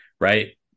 right